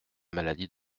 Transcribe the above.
maladie